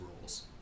rules